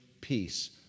peace